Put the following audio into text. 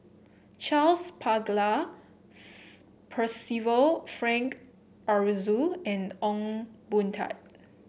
Charles Paglar Percival Frank Aroozoo and Ong Boon Tat